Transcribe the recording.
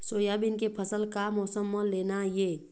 Soybean के फसल का मौसम म लेना ये?